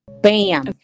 Bam